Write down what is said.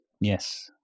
Yes